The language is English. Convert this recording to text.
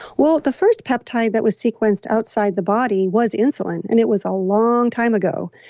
well, the first peptide that was sequenced outside the body was insulin, and it was a long time ago.